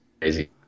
crazy